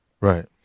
right